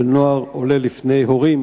של נוער עולה לפני הורים,